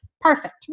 perfect